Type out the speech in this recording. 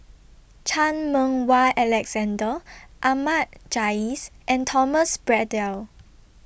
Chan Meng Wah Alexander Ahmad Jais and Thomas Braddell